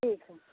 ठीक हइ